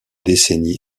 décennies